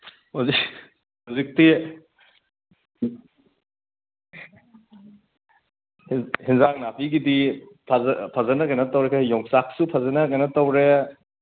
ꯍꯧꯖꯤꯛꯇꯤ ꯍꯦꯟꯖꯥꯡ ꯅꯥꯄꯤꯒꯤꯗꯤ ꯐꯖꯅ ꯀꯩꯅꯣ ꯇꯧꯋꯦ ꯌꯣꯡꯆꯥꯛꯁꯨ ꯐꯖꯅ ꯀꯩꯅꯣ ꯇꯧꯔꯦ